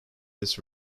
this